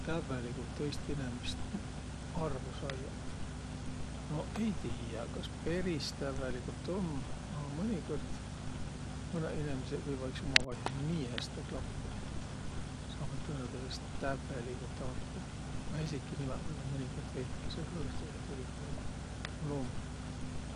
Tävveligult tõist inemist arvo saiaq? Noq ei tiiäq, kas peris tävveligult um, a mõnikõrd mõnõq inemiseq võivaq iks umavaihõl nii häste klappiq, et saavaq tõõnõtõõsõst tävveligult arvo. Esiki nimäq võivaq mõnikõrd veidükese hõõrduq ja tülüh ollaq, tuu um loomulik.